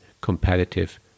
competitive